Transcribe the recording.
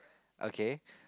okay